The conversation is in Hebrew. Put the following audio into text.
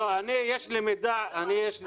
אני מנהלת את זה.